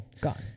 gone